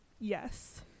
Yes